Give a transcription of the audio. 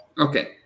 okay